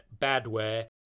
badware